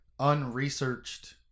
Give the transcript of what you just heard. unresearched